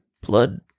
blood